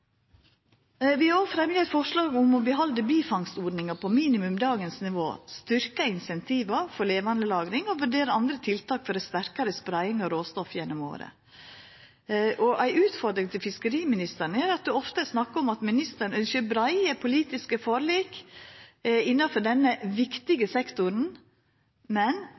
Vi har òg – saman med Senterpartiet – fremja eit forslag om å behalda bifangstordninga på minimum dagens nivå, styrkja incentiva for levandelagring og vurdera andre tiltak for ei sterkare spreiing av råstoffet gjennom året. Ei utfordring til fiskeriministeren er: Det er ofte snakk om at ministeren ønskjer breie politiske forlik innanfor denne viktige sektoren, men